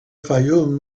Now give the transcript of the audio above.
fayoum